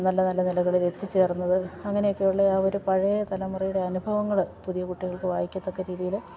നല്ല നല്ല നിലകളിൽ എത്തിച്ചേർന്നത് അങ്ങനെയൊക്കെയുള്ള ആ ഒരു പഴയ തലമുറയുടെ അനുഭവങ്ങൾ പുതിയ കുട്ടികൾക്ക് വായിക്കത്തക്ക രീതിയിൽ